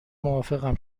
موافقم